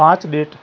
પાંચ ડેટ